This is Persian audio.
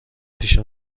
پیش